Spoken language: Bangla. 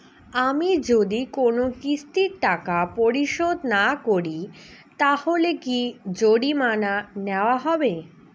আমি যদি কোন কিস্তির টাকা পরিশোধ না করি তাহলে কি জরিমানা নেওয়া হবে?